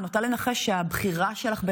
על הרבש"צים,